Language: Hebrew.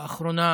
לאחרונה